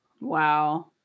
Wow